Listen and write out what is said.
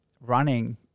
running